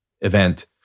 event